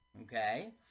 okay